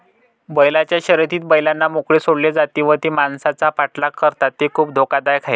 बैलांच्या शर्यतीत बैलांना मोकळे सोडले जाते व ते माणसांचा पाठलाग करतात जे खूप धोकादायक आहे